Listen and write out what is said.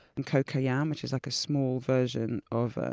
and cocoyam, which is like a small version of ah